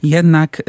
Jednak